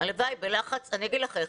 אני אומר לך איך.